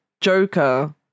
Joker